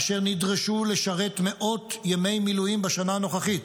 אשר נדרשו לשרת מאות ימי מילואים בשנה הנוכחית,